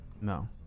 No